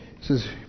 says